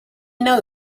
know